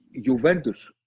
Juventus